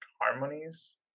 harmonies